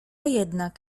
jednak